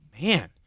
Man